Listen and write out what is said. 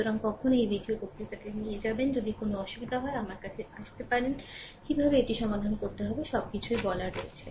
সুতরাং কখন এই ভিডিও বক্তৃতাটি দিয়ে যাবেন যদি কোনও অসুবিধা হয় তবে তা আমার কাছে যেতে পারে তবে কীভাবে এটি সমাধান করতে হয় তার সবকিছুই বলা আছে